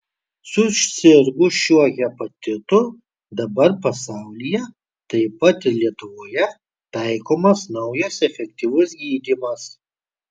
susirgus šiuo hepatitu dabar pasaulyje taip pat ir lietuvoje taikomas naujas efektyvus gydymas